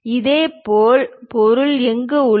இதேபோல் பொருள் அங்கு உள்ளது